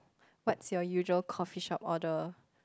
what's your usual coffee-shop order